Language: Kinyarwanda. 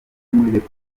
repubulika